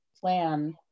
plan